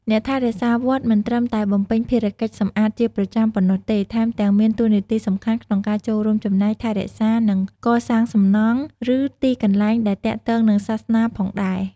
អ្នកថែរក្សាវត្ត មិនត្រឹមតែបំពេញភារកិច្ចសម្អាតជាប្រចាំប៉ុណ្ណោះទេ ថែមទាំងមានតួនាទីសំខាន់ក្នុងការចូលរួមចំណែក ថែរក្សា និង កសាងសំណង់ ឬទីកន្លែងដែលទាក់ទងនឹងសាសនាផងដែរ។